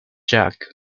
jack